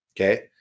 okay